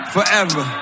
Forever